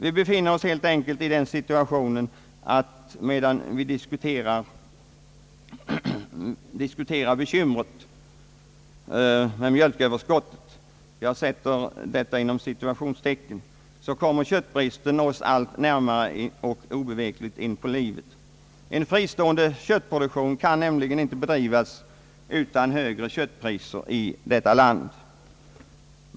Vi befinner oss helt enkelt i den situationen att medan vi diskuterar bekymret med »mjölköverskottet» så kommer köttbristen oss allt närmare och obevekligt inpå livet. En fristående köttproduktion kan nämligen inte bedrivas utan högre köttpriser i detta land.